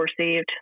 received